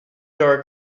door